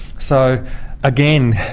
so again,